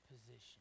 position